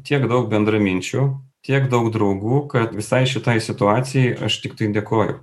tiek daug bendraminčių tiek daug draugų kad visai šitai situacijai aš tiktai dėkoju